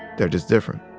they're just different